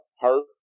hurt